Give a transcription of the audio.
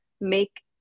make